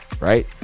right